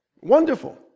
Wonderful